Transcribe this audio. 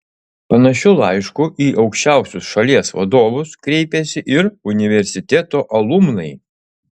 panašiu laišku į aukščiausius šalies vadovus kreipėsi ir universiteto alumnai